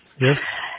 Yes